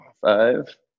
Five